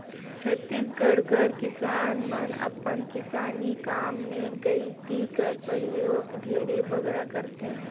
छत्तीसगढ़ कर किसान मन अपन किसानी काम मे गइती कर परियोग ढेरे बगरा करथे